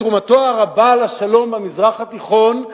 בתרומתו הרבה לשלום במזרח התיכון,